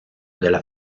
della